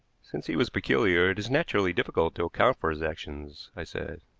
since he was peculiar, it is naturally difficult to account for his actions, i said.